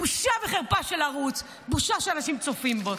בושה וחרפה של ערוץ, בושה שאנשים צופים בו.